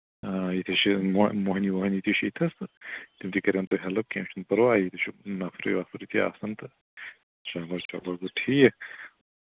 آ ییٚتہِ چھِ مۄ مۄہنِو وۄہنِو تہِ چھِ ییٚتہِ تھَس تہٕ تِم تہِ کَرَن تۄہہِ ہٮ۪لٕپ کیٚنٛہہ چھُنہٕ پرواے ییٚتہِ چھُ نَفری وفری تہِ آسَن تہٕ چلو چلو گوٚو ٹھیٖک